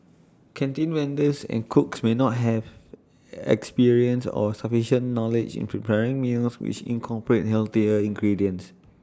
canteen vendors and cooks may not have experience or sufficient knowledge in preparing meals which incorporate healthier ingredients